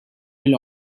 will